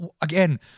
Again